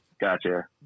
Gotcha